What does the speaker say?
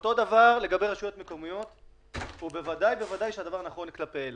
אותו דבר לגבי רשויות מקומיות ובוודאי הדבר נכון כלפי אילת.